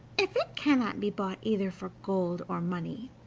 if it cannot be bought either for gold or money,